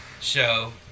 show